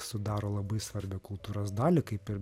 sudaro labai svarbią kultūros dalį kaip ir